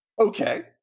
Okay